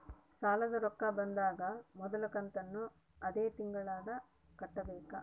ಸಾಲದ ರೊಕ್ಕ ಬಂದಾಗ ಮೊದಲ ಕಂತನ್ನು ಅದೇ ತಿಂಗಳಿಂದ ಕಟ್ಟಬೇಕಾ?